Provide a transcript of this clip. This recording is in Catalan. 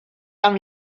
amb